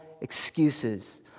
excuses